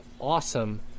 awesome